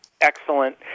excellent